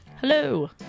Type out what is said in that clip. Hello